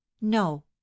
No